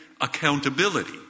accountability